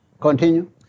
Continue